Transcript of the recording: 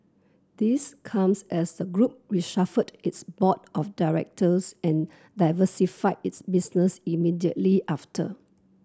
this comes as a group reshuffled its board of directors and diversified its business immediately after